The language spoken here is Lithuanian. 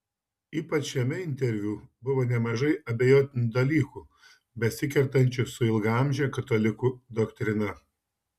ypač šiame interviu buvo nemažai abejotinų dalykų besikertančių su ilgaamže katalikų doktrina